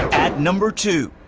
at number two.